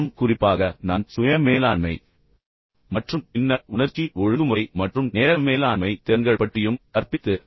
மற்றும் குறிப்பாக நான் சுய மேலாண்மை மற்றும் பின்னர் உணர்ச்சி ஒழுங்குமுறை மற்றும் நேர மேலாண்மை திறன்கள் பற்றியும் கற்பித்து வருகிறேன்